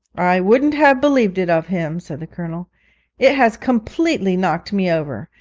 i wouldn't have believed it of him said the colonel it has completely knocked me over.